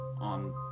on